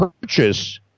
purchase